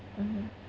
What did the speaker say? mmhmm